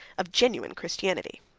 of genuine christianity.